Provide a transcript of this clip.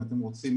אם אתם רוצים,